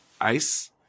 ICE